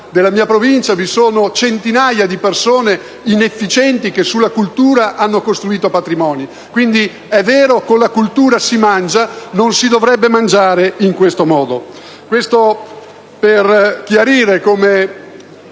della mia provincia. Centinaia di persone inefficienti sulla cultura hanno costruito patrimoni. È quindi vero che con la cultura si mangia, ma non si dovrebbe mangiare in detto modo. Dico questo per chiarire che,